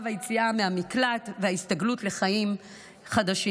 היציאה מהמקלט וההסתגלות לחיים חדשים.